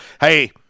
hey